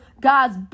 God's